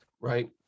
right